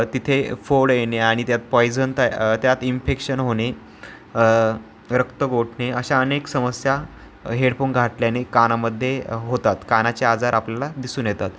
तिथे ए फोड येणे आणि त्यात पॉइझन तर त्यात इन्फेक्शन होणे रक्त गोठणे अशा अनेक समस्या हेडफोन घातल्याने कानामध्ये होतात कानाचे आजार आपल्याला दिसून येतात